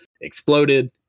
exploded